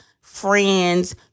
friends